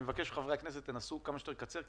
אני מבקש כמה שיותר לקצר,